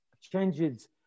changes